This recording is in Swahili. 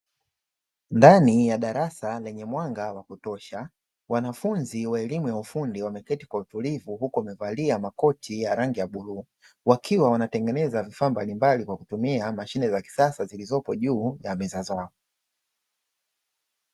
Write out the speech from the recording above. Ndani ya darasa lenye mwanga wa kutosha, wanafunzi wa elimu ya ufundi wameketi kwa utulivu huku wamevalia makoti ya rangi ya bluu. Wakiwa wanatengeneza vifaa mbalimbali kwa kutumia mashine za kisasa zilizopo juu ya meza zao.